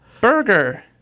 burger